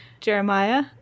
Jeremiah